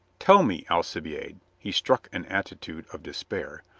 tell me, alcibiade, a he struck an attitude of despair,